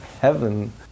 heaven